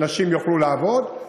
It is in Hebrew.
שנשים יוכלו לעבוד,